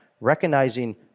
recognizing